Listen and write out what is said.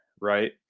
right